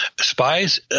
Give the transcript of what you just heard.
spies